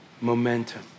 momentum